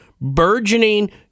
burgeoning